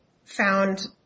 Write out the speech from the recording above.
found